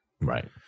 Right